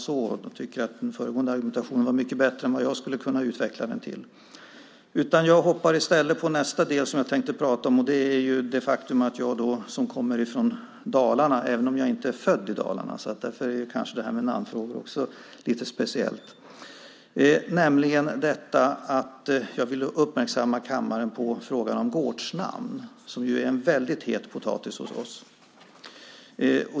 Jag lämnar dock den frågan eftersom föregående talares argumentation var mycket bättre än vad jag skulle kunna utveckla den till. Jag går i stället över till nästa del som jag tänkt tala om. Jag kommer från Dalarna, även om jag inte är född där, och namnfrågorna är kanske lite speciella där. Jag vill därför uppmärksamma kammaren på frågan om gårdsnamn, som är en mycket het potatis hos oss.